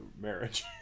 marriage